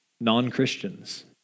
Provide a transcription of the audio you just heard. non-Christians